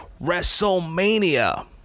WrestleMania